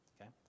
Okay